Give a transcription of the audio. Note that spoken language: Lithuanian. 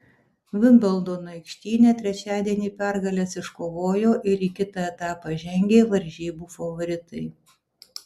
vimbldono aikštyne trečiadienį pergales iškovojo ir į kitą etapą žengė varžybų favoritai